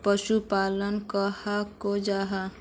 पशुपालन कहाक को जाहा?